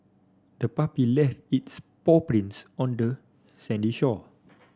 the puppy left its paw prints on the sandy shore